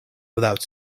without